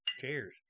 Cheers